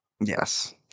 Yes